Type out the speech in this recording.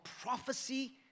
prophecy